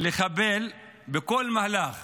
לחבל בכל מהלך